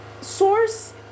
source